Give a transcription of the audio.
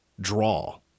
draw